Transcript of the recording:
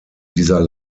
dieser